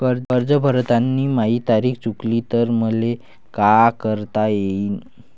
कर्ज भरताना माही तारीख चुकली तर मले का करता येईन?